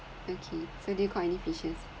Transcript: okay so do you caught any fishes